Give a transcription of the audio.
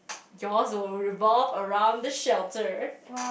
yours will revolve around the shelter